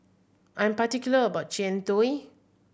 I'm particular about Jian Dui